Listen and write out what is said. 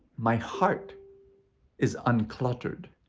my heart is uncluttered.